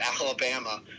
Alabama